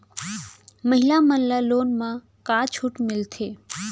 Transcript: महिला मन ला लोन मा का छूट मिलथे?